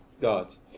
gods